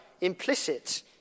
implicit